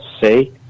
say